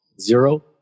zero